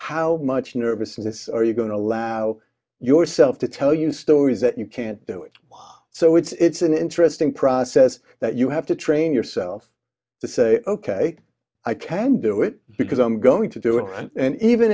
how much nervousness are you going to allow yourself to tell you stories that you can't do it so it's an interesting process that you have to train yourself to say ok i can do it because i'm going to do it and even